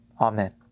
Amen